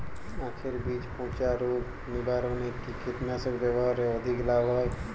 আঁখের বীজ পচা রোগ নিবারণে কি কীটনাশক ব্যবহারে অধিক লাভ হয়?